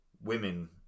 women